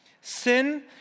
Sin